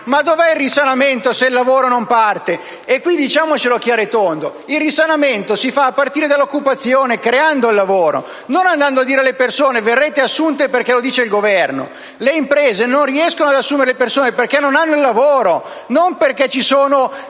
Dov'è il risanamento se il lavoro non parte? *(Applausi della senatrice Bisinella).* Diciamolo chiaro e tondo: il risanamento si fa a partire dall'occupazione, creando il lavoro, non andando a dire alle persone: verrete assunte perché lo dice il Governo. Le imprese non riescono ad assumere persone perché non hanno il lavoro, non perché ci sono